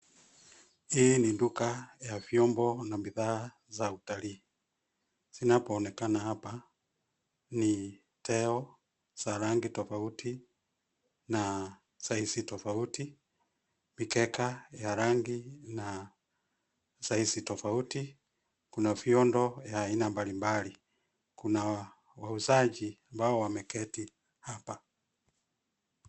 Hii ni duka ya vyombo na bidhaa za utalii, zinapoonekana hapa ni teo za rangi tofauti na size tofauti, mikeka ya rangi na size tofauti. Kuna viondo ya aina mbalimbali kuna wauzaji ambao wameketi hapa.